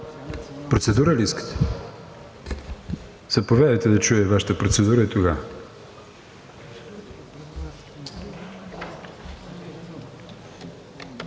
Процедура ли искате? Заповядайте да чуя и Вашата процедура.